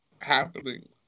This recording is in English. happening